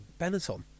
Benetton